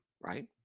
right